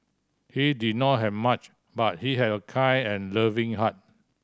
he did not have much but he have a kind and loving heart